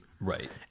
Right